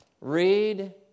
read